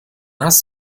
hast